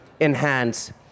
enhance